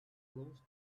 blows